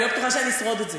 אני לא בטוחה שאני אשרוד את זה.